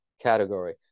category